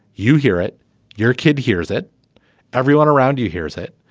you hear it your kid hears it everyone around you hears it.